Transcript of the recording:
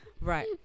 right